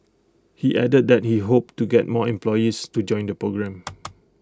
he added that he hoped to get more employees to join the programme